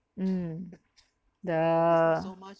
mm the